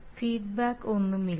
feedback ഒന്നുമില്ല